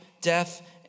death